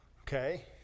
Okay